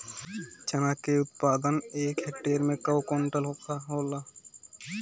चना क उत्पादन एक हेक्टेयर में कव क्विंटल होला?